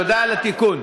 תודה על התיקון.